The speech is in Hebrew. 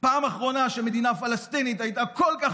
הפעם האחרונה שמדינה פלסטינית הייתה כל כך